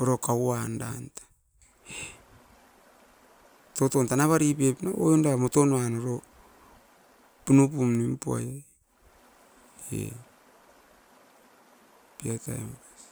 oro kauan dan tan toton tanavari pep na no oin da motonuan ora purapam nimpuai ai eh, piatai makasi.